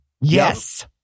Yes